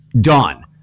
done